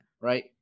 right